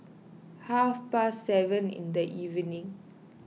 half past seven in the evening